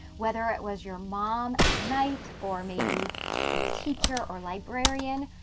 whether it was your mom at night, or maybe your teacher or librarian,